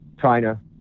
China